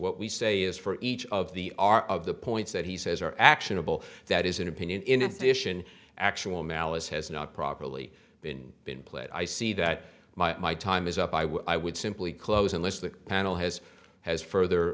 what we say is for each of the art of the points that he says are actionable that is an opinion in addition actual malice has not properly been been played i see that my time is up i would i would simply close unless the panel has has further